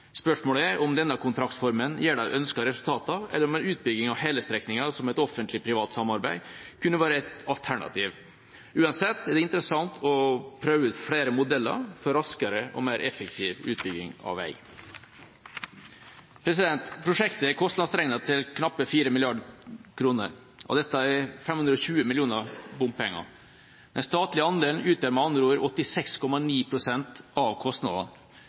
Spørsmålet er om denne kontraktsformen gir de ønskede resultatene, eller om en utbygging av hele strekninga som et offentlig–privat samarbeid kunne vært et alternativ. Uansett er det interessant å prøve ut flere modeller for raskere og mer effektiv utbygging av vei. Prosjektet er kostnadsberegnet til knappe 4 mrd. kr. Av dette er 520 mill. kr bompenger. Den statlige andelen utgjør med andre ord 86,9 pst. av kostnadene,